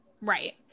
Right